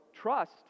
trust